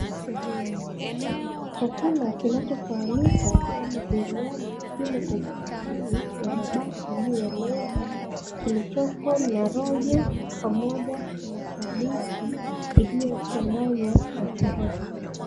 Chakula kinachofahamika kama biriani kimo kwenye sahani ya mabati juu ya meza kilichoko na rojo pamoja na kabeji iliyochanganywa na karoti.